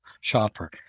shopper